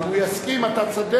אם הוא יסכים אתה צודק.